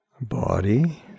Body